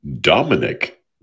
Dominic